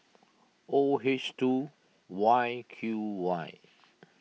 O H two Y Q Y